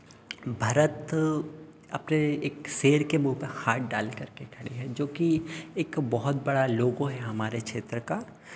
भरत अपने एक शेर के मुँह पर हाथ डाल कर के खड़े हैं जोकि एक बहुत बड़ा लोगों है हमारे क्षेत्र का